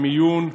המיון,